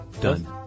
Done